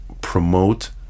promote